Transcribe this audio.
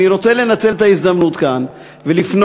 אני רוצה לנצל את ההזדמנות כאן ולפנות